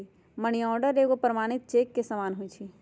money order एगो प्रमाणिक cheque के समान होइ छै